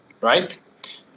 right